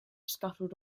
scuttled